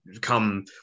come